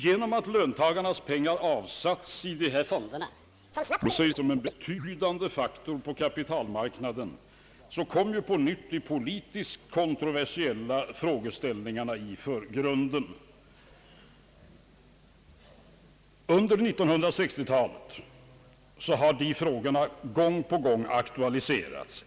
Genom att löntagarnas pengar avsaits i dessa fonder, som snabbt visat sig som en betydande faktor på kapitalmarknaden, kom på nytt de politiskt kontroversiella frågeställningarna i förgrunden. Under 1960-talet har dessa frågor aktualiserats gång på gång.